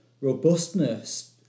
robustness